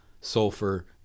sulfur